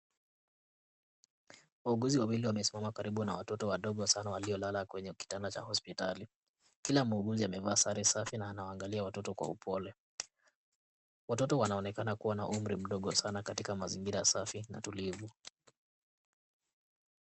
Wauguzi wawili wamesimama karibu na watoto wadogo sana, waliolala kwenye kitanda cha hospitali. Kila muuguzi amevaa sare safi, na anawaangalia watoto kwa upole. Watoto wanaonekana kuwa na umri mdogo sana, katika mazingira safi na tulivu.